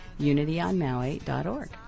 unityonmaui.org